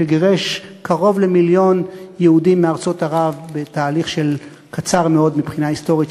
גירש קרוב למיליון יהודים מארצות ערב בתהליך קצר מאוד מבחינה היסטורית,